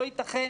לא יתכן